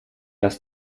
lass